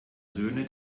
söhne